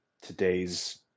today's